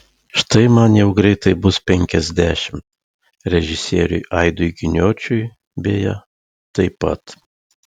štai man jau greitai bus penkiasdešimt režisieriui aidui giniočiui beje taip pat